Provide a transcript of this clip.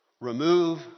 Remove